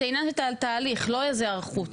זה עניין של תהליך, לא איזושהי היערכות.